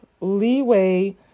leeway